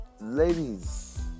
Ladies